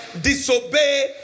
disobey